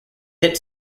hit